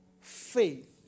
faith